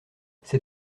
c’est